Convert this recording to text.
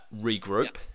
regroup